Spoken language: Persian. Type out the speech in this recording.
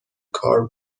کار